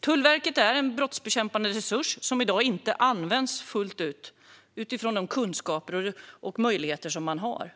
Tullverket är en brottsbekämpande resurs som i dag inte används fullt ut utifrån de kunskaper och möjligheter man har.